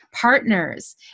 partners